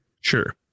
Sure